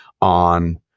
on